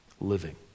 living